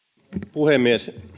puhemies